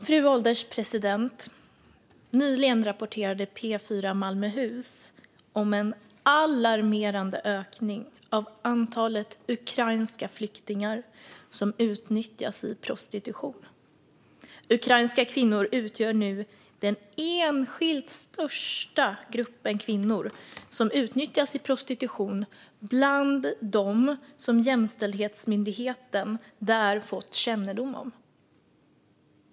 Fru ålderspresident! Nyligen rapporterade P4 Malmöhus om en alarmerande ökning av antalet ukrainska flyktingar som utnyttjas i prostitution. Ukrainska kvinnor utgör nu den enskilt största gruppen kvinnor som utnyttjas i prostitution bland dem som Jämställdhetsmyndigheten har fått kännedom om.